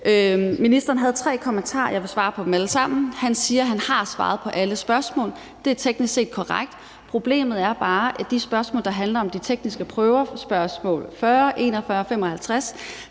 Ministeren havde tre kommentarer, og jeg vil svare på dem alle sammen. Han siger, han har svaret på alle spørgsmål. Det er teknisk set korrekt. Problemet er bare, at de spørgsmål, der handler om de tekniske prøver, spørgsmål 40, 41 og